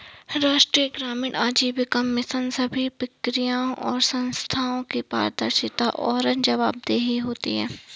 राष्ट्रीय ग्रामीण आजीविका मिशन सभी प्रक्रियाओं और संस्थानों की पारदर्शिता और जवाबदेही होती है